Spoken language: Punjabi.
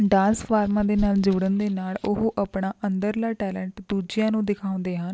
ਡਾਂਸ ਫਾਰਮਾਂ ਦੇ ਨਾਲ ਜੁੜਨ ਦੇ ਨਾਲ ਉਹ ਆਪਣਾ ਅੰਦਰਲਾ ਟੈਲੈਂਟ ਦੂਜਿਆਂ ਨੂੰ ਦਿਖਾਉਂਦੇ ਹਨ